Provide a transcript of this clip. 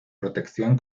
protección